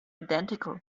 identical